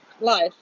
life